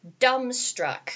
dumbstruck